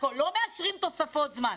לא מאשרים תוספות זמן.